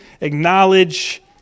acknowledge